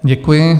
Děkuji.